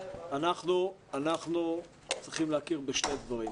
אנחנו צריכים להכיר בשני דברים.